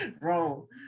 bro